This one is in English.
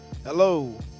Hello